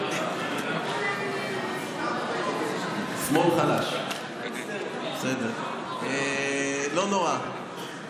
שר החינוך יואב קיש: שמאל חלש, לא נורא.